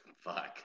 Fuck